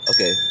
Okay